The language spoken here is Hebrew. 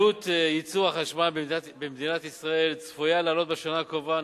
עלות ייצור החשמל במדינת ישראל צפויה לעלות בשנה הקרובה,